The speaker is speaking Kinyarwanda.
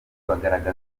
bagaragaza